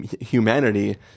humanity